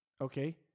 okay